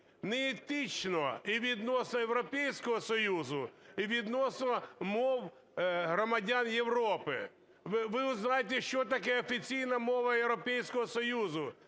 неетично і відносно Європейського Союзу, і відносно мов громадян Європи. Ви узнайте, що таке офіційна мова Європейського Союзу.